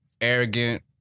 arrogant